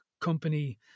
company